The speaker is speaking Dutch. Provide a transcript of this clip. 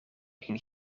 een